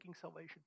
salvation